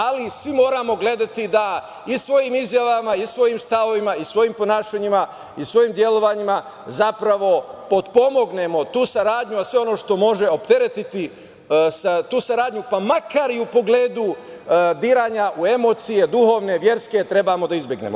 Ali, svi moramo gledati da svojim izjavama, svojim stavovima, svojim ponašanjima i svojim delovanjima zapravo potpomognemo tu saradnju, a sve ono što može opteretiti tu saradnju, pa makar i u pogledu diranja u emocije duhovne, verske trebamo da izbegnemo.